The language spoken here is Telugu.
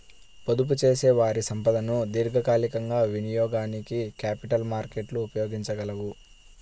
పొదుపుచేసేవారి సంపదను దీర్ఘకాలికంగా వినియోగానికి క్యాపిటల్ మార్కెట్లు ఉపయోగించగలవు